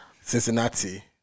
Cincinnati